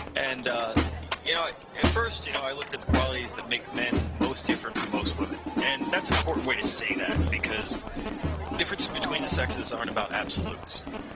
and ah you know at first, you know i looked at the qualities that make men most different for most women and that's an important way to say that because difference between the sex is aren't about absolutes,